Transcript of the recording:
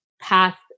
path